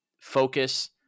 focus